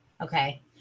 okay